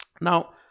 Now